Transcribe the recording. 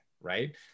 Right